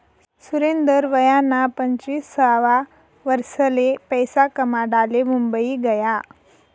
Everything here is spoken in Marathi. सुरेंदर वयना पंचवीससावा वरीसले पैसा कमाडाले मुंबई गया